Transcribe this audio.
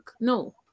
No